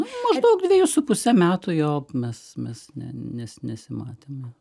maždaug dvejus su puse metų jo mes mes ne nes nesimatėme